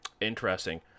Interesting